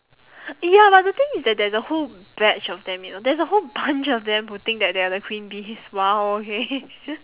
ya lah the thing is that there's a whole batch of them you know there's a whole bunch of them who think that they are the queen bees !wow! okay